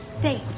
Date